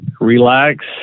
relax